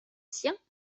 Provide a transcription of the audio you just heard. siens